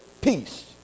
Peace